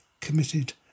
committed